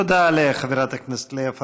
תודה לחברת הכנסת לאה פדידה.